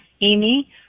Amy